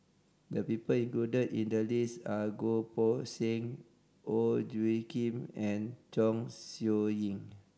the people included in the list are Goh Poh Seng Ong Tjoe Kim and Chong Siew Ying